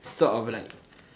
sort of like